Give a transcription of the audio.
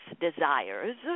desires